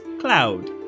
cloud